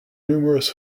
numerous